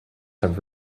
have